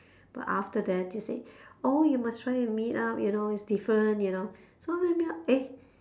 but after that you say oh you must try and meet up you know it's different you know so then meet up eh